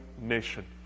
nation